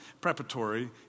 preparatory